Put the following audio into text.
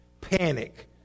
Panic